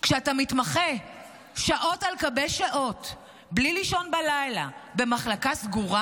כשאתה מתמחה שעות על גבי שעות בלי לישון בלילה במחלקה סגורה,